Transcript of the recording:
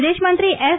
વિદેશમંત્રી એસ